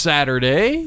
Saturday